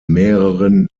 mehreren